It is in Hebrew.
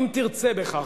אם תרצה בכך,